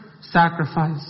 sacrifice